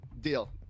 Deal